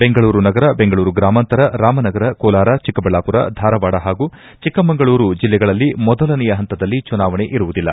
ಬೆಂಗಳೂರು ನಗರ ಬೆಂಗಳೂರು ಗ್ರಾಮಾಂತರ ರಾಮನಗರ ಕೋಲಾರ ಚಿಕ್ಕಬಳ್ದಾಪುರ ಧಾರವಾಡ ಹಾಗೂ ಚಿಕ್ಕಮಗಳೂರು ಜಿಲ್ಲೆಗಳಲ್ಲಿ ಮೊದಲನೆಯ ಪಂತದಲ್ಲಿ ಚುನಾವಣೆ ಇರುವುದಿಲ್ಲ